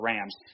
Rams